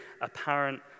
apparent